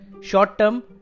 short-term